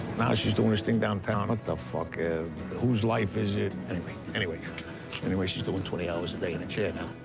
now she's doing this thing downtown what the fuck and whose life is it anyway? anyway anyway, she's doing twenty hours a day in a chair now.